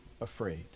afraid